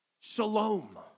shalom